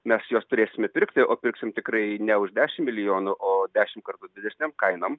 mes juos turėsime pirkti o pirksim tikrai ne už dešim milijonų o dešim kartų didesnėm kainom